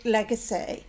legacy